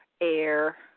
air